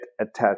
attached